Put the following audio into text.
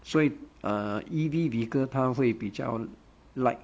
所以 E_V vehicle 它会比较 light